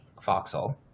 Foxhole